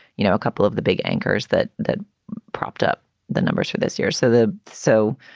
you know, a couple of the big anchors that that propped up the numbers for this year. so the. so,